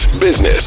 business